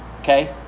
okay